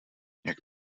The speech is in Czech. jak